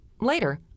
Later